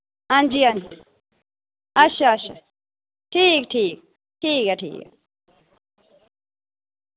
हां जी हां अच्छा अच्छा ठीक ठीक ठीक ऐ ठीक ऐ